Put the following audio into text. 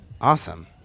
Awesome